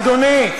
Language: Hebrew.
אדוני,